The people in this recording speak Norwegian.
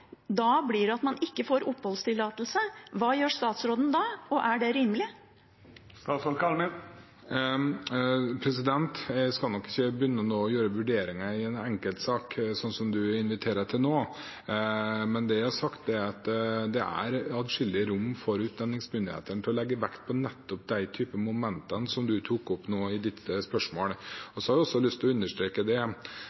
blir at man ikke får oppholdstillatelse – hva gjør statsråden da? Og er det rimelig? Jeg skal nok ikke nå begynne med å gjøre vurderinger i en enkeltsak, slik som du inviterer til nå, men det jeg har sagt, er at det er atskillig rom for utlendingsmyndighetene til å legge vekt på nettopp de typene momenter som du nå tok opp i